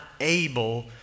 able